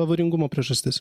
avaringumo priežastis